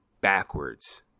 backwards